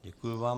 Děkuji vám.